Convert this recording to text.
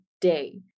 day